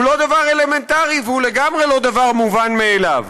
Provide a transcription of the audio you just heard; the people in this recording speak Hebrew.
הוא לא דבר אלמנטרי והוא לגמרי לא דבר מובן מאליו.